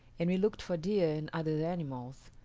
and we looked for deer and other animals,